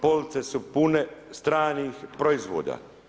Police su pune stranih proizvoda.